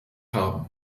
haben